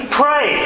pray